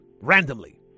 randomly